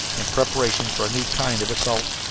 in preparation for a new kind of assault.